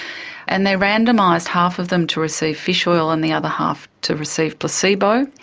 and they randomised half of them to receive fish oil and the other half to receive placebo.